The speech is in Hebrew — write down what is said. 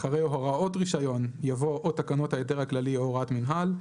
אחרי "הוראות רישיון" יבוא "או תקנות ההיתר הכללי או הוראת מינהל"